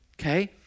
okay